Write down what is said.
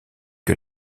que